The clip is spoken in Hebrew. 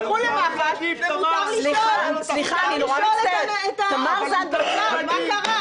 שיילכו למח"ש ומותר לשאול את הניצב מה קרה.